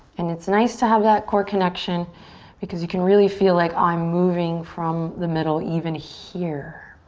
and it's nice to have that core connection because you can really feel like i'm moving from the middle even here.